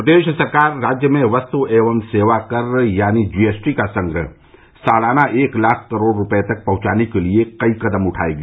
प्रदेश सरकार राज्य में वस्त एवं सेवा कर यानी जीएसटी का संग्रह सालाना एक लाख करोड़ रूपये तक पहंचाने के लिए कई कदम उठाएगी